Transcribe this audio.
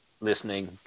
listening